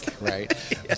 Right